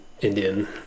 Indian